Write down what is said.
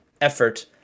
effort